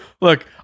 Look